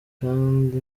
kandi